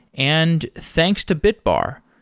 and thanks to bitbar.